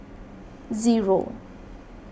zero